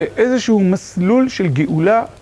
איזשהו מסלול של גאולה.